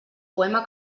poema